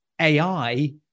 AI